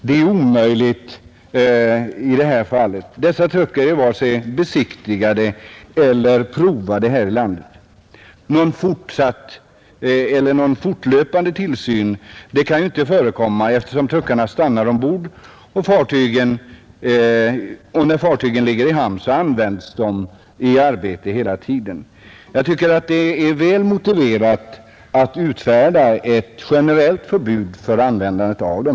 Det är omöjligt i detta fall. Dessa truckar är varken besiktigade eller provade här i landet. Någon fortlöpande tillsyn kan inte förekomma, eftersom truckarna stannar ombord, och när fartygen ligger i hamn används de i arbete hela tiden. Jag tycker att det är väl motiverat att utfärda ett generellt förbud för användandet av dem.